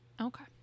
Okay